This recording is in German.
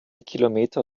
kilometer